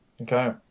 Okay